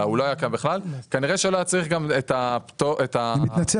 אלא שהוא לא היה קיים בכלל כנראה שלא היה צריך גם --- אני מתנצל,